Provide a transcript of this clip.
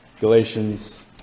Galatians